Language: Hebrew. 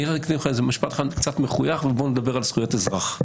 אני אומר לך משפט אחד קצת מחויך ובוא נדבר על זכויות אזרח.